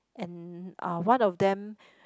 and uh one of them